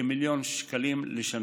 כמיליון שקלים בשנה.